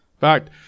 fact